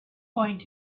point